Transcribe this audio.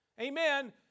Amen